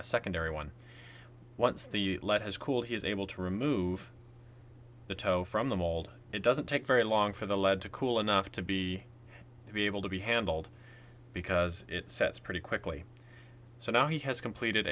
a secondary one once the lead has cooled he is able to remove the toe from the mold it doesn't take very long for the lead to cool enough to be to be able to be handled because it sets pretty quickly so now he has completed